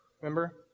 Remember